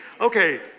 okay